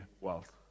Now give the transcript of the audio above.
wealth